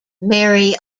mary